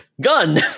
Gun